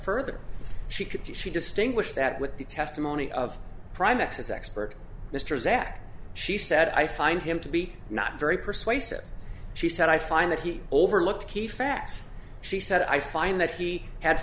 could see she distinguished that with the testimony of prime access expert mr zak she said i find him to be not very persuasive she said i find that he overlooked key facts she said i find that he had